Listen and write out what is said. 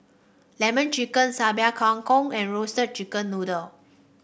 lemon chicken Sambal Kangkong and Roasted Chicken Noodle